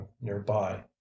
nearby